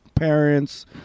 parents